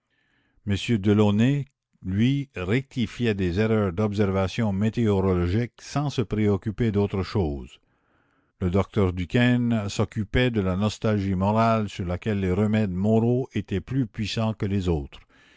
delaunay lui rectifiait des erreurs d'observation météorologique sans se préoccuper d'autre chose le docteur ducaisne s'occupait de la nostalgie morale sur laquelle les remèdes moraux étaient plus puissants que les autres